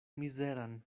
mizeran